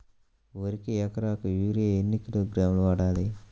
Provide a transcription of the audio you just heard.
వరికి ఎకరాకు యూరియా ఎన్ని కిలోగ్రాములు వాడాలి?